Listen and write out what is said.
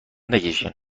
نکشین